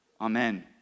Amen